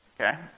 Okay